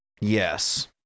Yes